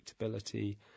predictability